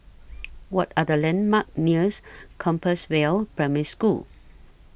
What Are The landmarks near Compassvale Primary School